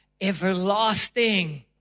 everlasting